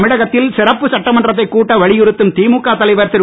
தமிழகத்தில் சிறப்பு சட்டமன்றத்தை கூட்ட வலியுறுத்தும் திமுக தலைவர் திரு